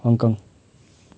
Hong Kong